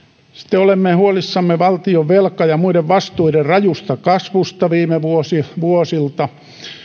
sitten olemme huolissamme valtion velka ja muiden vastuiden rajusta kasvusta viime vuosilta